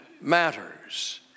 matters